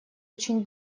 очень